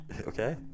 Okay